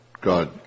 God